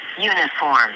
Uniform